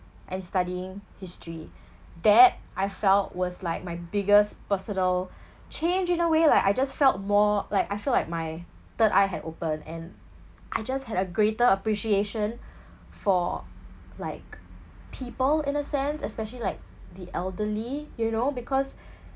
and studying history that I felt was like my biggest personal change in a way like I just felt more like I felt like my third eye had opened and I just had a greater appreciation for like people in a sense especially like the elderly you know because